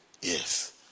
Yes